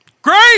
Great